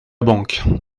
banque